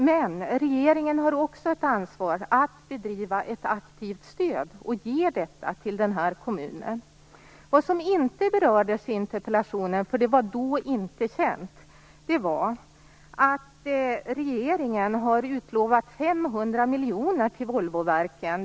Men regeringen har också ett ansvar för att bedriva ett aktivt stöd och ge detta till kommunen. Vad som inte berördes i interpellationen - det var då inte känt - är att regeringen har utlovat 500 miljoner till Volvoverken.